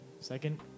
second